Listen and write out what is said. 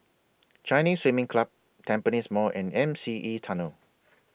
Chinese Swimming Club Tampines Mall and M C E Tunnel